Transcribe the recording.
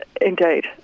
Indeed